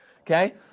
Okay